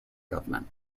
government